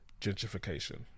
gentrification